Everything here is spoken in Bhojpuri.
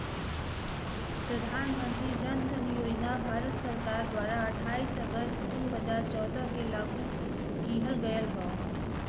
प्रधान मंत्री जन धन योजना भारत सरकार द्वारा अठाईस अगस्त दुई हजार चौदह के लागू किहल गयल हौ